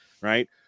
right